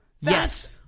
Yes